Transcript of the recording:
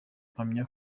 mpamya